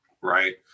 right